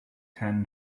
ten